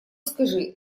скажи